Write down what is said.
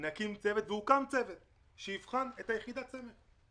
נקים צוות - ואכן הוקם צוות - כדי שיבחן את יחידת הסמך.